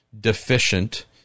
deficient